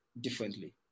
differently